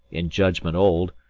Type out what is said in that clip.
in judgment old,